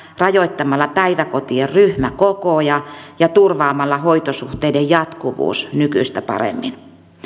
rajoittamalla päiväkotien ryhmäkokoja ja turvaamalla hoitosuhteiden jatkuvuus nykyistä paremmin